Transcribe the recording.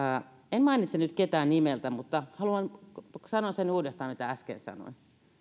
en mainitse nyt ketään nimeltä mutta haluan sanoa uudestaan sen mitä äsken sanoin